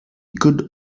could